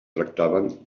tractaven